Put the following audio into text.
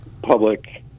public